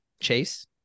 Chase